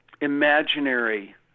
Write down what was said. imaginary